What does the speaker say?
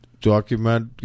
Document